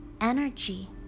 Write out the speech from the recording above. energy